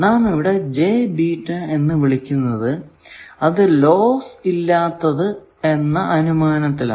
നാം ഇവിടെ എന്ന് വിളിക്കുന്നത് അത് ലോസ്സ് ഇല്ലാത്തതാണ് എന്ന അനുമാനത്തിലാണ്